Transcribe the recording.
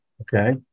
Okay